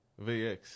VX